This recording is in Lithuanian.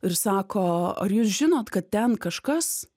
ir sako ar jūs žinot kad ten kažkas